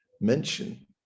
mention